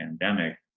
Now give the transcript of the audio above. pandemic